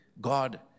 God